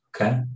Okay